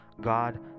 God